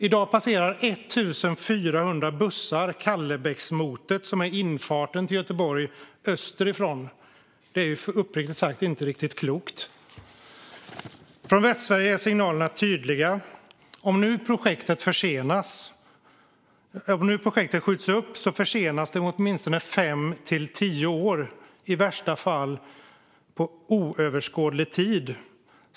I dag passerar 1 400 bussar Kallebäcksmotet, som är infarten till Göteborg österifrån. Det är uppriktigt sagt inte riktigt klokt. Från Västsverige är signalerna är tydliga. Om projektet skjuts upp försenas det med åtminstone fem till tio år, i värsta fall under oöverskådlig tid.